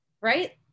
right